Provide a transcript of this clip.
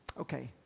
okay